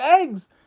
eggs